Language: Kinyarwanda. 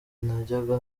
najyaga